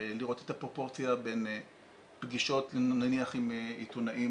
לראות את הפרופורציה בין פגישות נניח עם עיתונאים